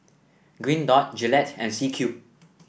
Green Dot Gillette and C Cube